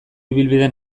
ibilbide